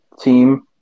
team